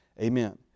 Amen